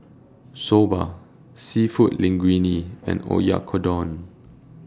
Soba Seafood Linguine and Oyakodon